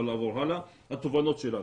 התובנות שלנו.